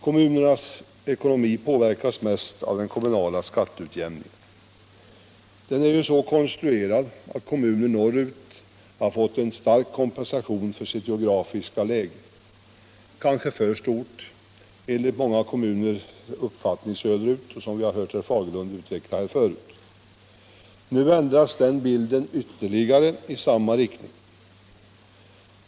Kommunernas ekonomi påverkas mest av den kommunala skatteutjämningen. Den är så konstruerad att kommuner norrut har fått en stark kompensation för sitt geografiska läge, kanske för stor enligt uppfattningen i många kommuner söderut, som vi hört herr Fagerlund utveckla. Nu ändras den bilden ytterligare i samma riktning.